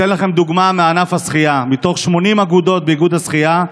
אתן לכם דוגמה מענף השחייה: מתוך 80 אגודות באיגוד השחייה,